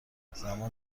زمان